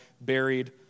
buried